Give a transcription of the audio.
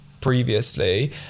previously